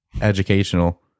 educational